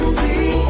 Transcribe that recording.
see